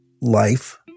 life